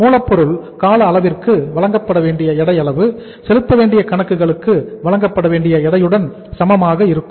மூலப்பொருள் கால அளவிற்கு வழங்கப்பட வேண்டிய எடை அளவு செலுத்தவேண்டிய கணக்குகளுக்கு வழங்கப்படவேண்டிய எடையுடன சமமாக இருக்கும்